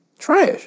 Trash